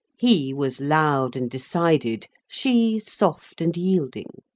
he was loud and decided she soft and yielding.